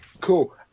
Cool